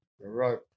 right